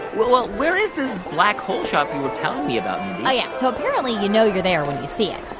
well. well, where is this black hole shop you were telling me about, mindy? oh, yeah. so apparently, you know you're there when you see it or,